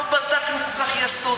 אבל לא בדקנו כל כך יסודי.